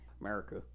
America